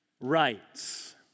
rights